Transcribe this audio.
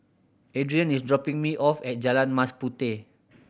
Adrien is dropping me off at Jalan Mas Puteh